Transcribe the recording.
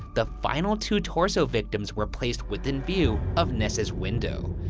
the final two torso victims were placed within view of ness's window.